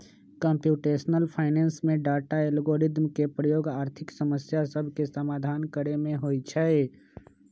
computational finance में data, algorithm के प्रयोग आर्थिक समस्या सभके समाधान करे में होइ छै